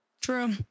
True